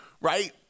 right